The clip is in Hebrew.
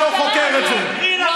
מה שהמשטרה אמרה.